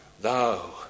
Thou